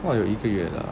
!wah! 有一个月 liao